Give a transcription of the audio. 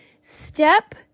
step